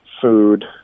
food